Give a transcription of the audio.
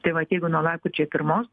tai vat jeigu nuo lapkričio pirmos